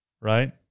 right